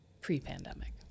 pre-pandemic